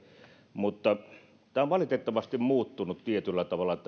tämä sähkölaskutus on valitettavasti muuttunut tietyllä tavalla